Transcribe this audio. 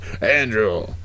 Andrew